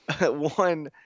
One